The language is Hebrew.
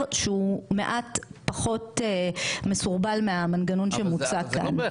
שהוא מעט פחות מסורבל מהמנגנון שמוצע כאן.